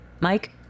Mike